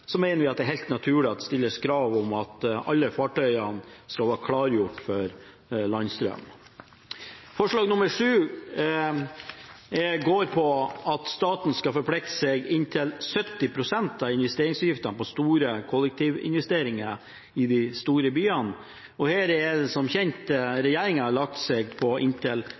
det er helt naturlig at det stilles krav om at alle fartøyene skal være klargjort for landstrøm. Forslag nr. 7 går på at staten skal forplikte seg med inntil 70 pst. av investeringsutgiftene på store kollektivinvesteringer i de store byene. Her har som kjent regjeringen lagt seg på inntil